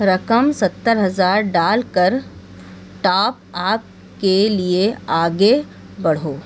رقم ستّر ہزار ڈال کر ٹاپ اپ کے لیے آگے بڑھو